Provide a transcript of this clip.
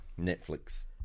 Netflix